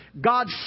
God